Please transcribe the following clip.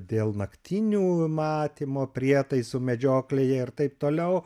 dėl naktinių matymo prietaisų medžioklėje ir taip toliau